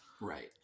Right